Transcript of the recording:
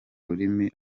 rurimi